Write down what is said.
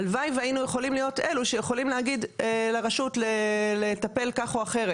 הלוואי והיינו יכולים להיות אלו שיכולים להגיד לרשות לטפל כך או אחרת.